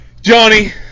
Johnny